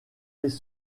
hockey